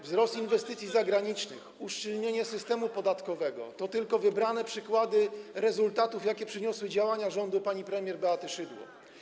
Wzrost inwestycji zagranicznych, uszczelnienie systemu podatkowego to tylko wybrane przykłady, rezultaty, jakie przyniosły działania rządu pani premier Beaty Szydło.